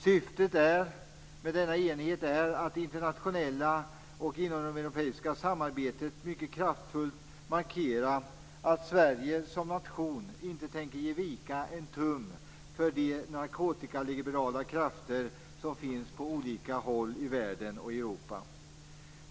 Syftet med denna enighet är att internationellt och inom det europeiska samarbetet mycket kraftfullt markera att Sverige som nation inte tänker ge vika en tum för de narkotikaliberala krafter som finns på olika håll i världen och i Europa.